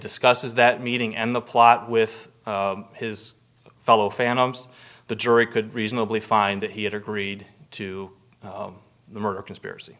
discusses that meeting and the plot with his fellow phantoms the jury could reasonably find that he had agreed to the murder conspiracy